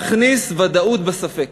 להכניס ודאות בספק,